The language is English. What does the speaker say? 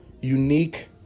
unique